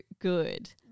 good